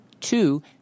two